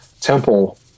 temple